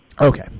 Okay